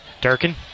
Durkin